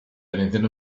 anything